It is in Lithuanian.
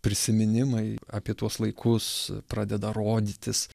prisiminimai apie tuos laikus pradeda rodytis